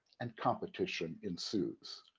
and competition ensues.